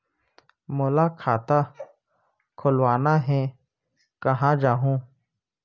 मोला खाता खोलवाना हे, कहाँ जाहूँ?